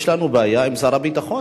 יש לנו בעיה עם שר הביטחון.